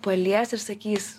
palies ir sakys